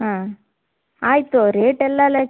ಹಾಂ ಆಯಿತು ರೇಟೆಲ್ಲ ಲೈಕ್